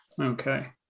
Okay